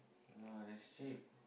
yeah that's cheap